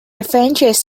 adventures